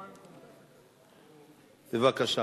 בבקשה.